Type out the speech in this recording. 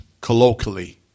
colloquially